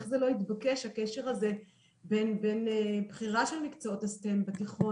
איך זה לא התבקש הקשר הזה בין בחירה של מקצועות ה- s.t.e.m בתיכון,